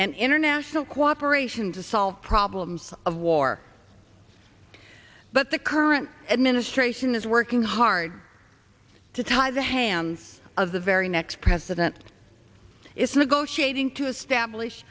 and international cooperation to solve problems of war but the current administration is working hard to tie the hands of the very next president it's negotiating to establish